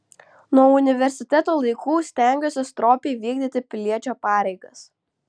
nuo universiteto laikų stengiuosi stropiai vykdyti piliečio pareigas